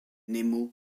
nemo